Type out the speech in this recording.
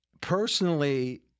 personally